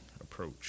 approach